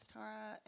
Tara